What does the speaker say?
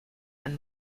and